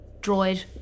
droid